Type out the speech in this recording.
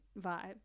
vibe